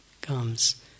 comes